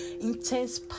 intense